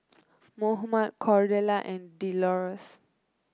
Mohammad Cordella and Delores